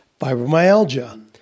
fibromyalgia